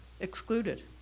excluded